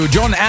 John